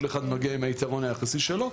כל אחד מגיע עם היתרון היחסי שלו,